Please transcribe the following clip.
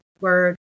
word